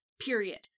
period